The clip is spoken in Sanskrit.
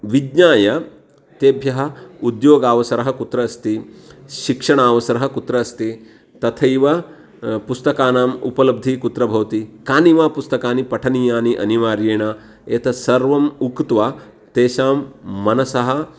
विज्ञाय तेभ्यः उद्योगावसरः कुत्र अस्ति शिक्षणावसरः कुत्र अस्ति तथैव पुस्तकानाम् उपलब्धिः कुत्र भवति कानि वा पुस्तकानि पठनीयानि अनिवार्येण एतत् सर्वम् उक्त्वा तेषां मनसः